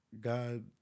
God